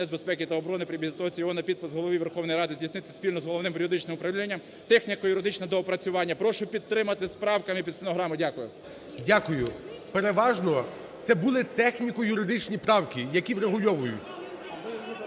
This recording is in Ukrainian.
нацбезпеки та оборони при підготовці його на підпис Голові Верховної Ради здійснити спільного з Головним юридичним управлінням техніко-юридичне доопрацювання. Прошу підтримати з правками під стенограму. Дякую. ГОЛОВУЮЧИЙ. Дякую. Переважно це були техніко-юридичні правки, які врегульовують.